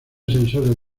sensores